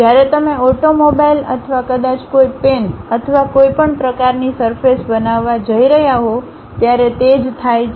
જ્યારે તમે ઓટોમોબાઈલ અથવા કદાચ કોઈ પેન અથવા કોઈપણ પ્રકારની સરફેસ બનાવવા જઈ રહ્યા હો ત્યારે તે જ થાય છે